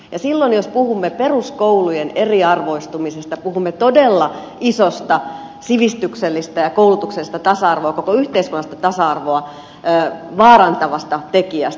silloin jos puhumme peruskoulujen eriarvoistumisesta puhumme todella isosta sivistyksellistä ja koulutuksellista tasa arvoa koko yhteiskunnallista tasa arvoa vaarantavasta tekijästä